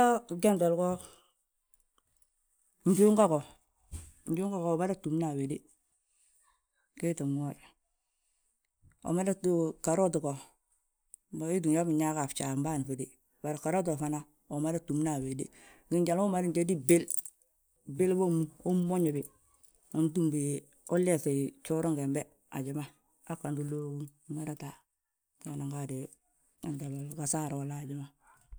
Han njuunga go, njuunga go umada túmna a wéde gii tti wooyi. Umada tu, ggarot go, mboŋ ii ttúur nyali ma binyaagi a fjaa bâan fo, bari ggarot go fana umada gtúmna a wéde. Njali ma umadan jódi bwil, bwili bommu, unmoñi bi, untúmbi, uleefbi gjooraŋ gembe, haji ma, hanganti lóoguŋ, wi mada ga wi gee nan gaadi ggasaaro wola haji ma.